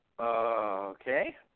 Okay